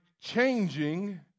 changing